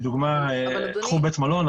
קחו לדוגמה בית מלון,